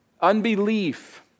Unbelief